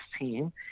team